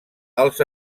als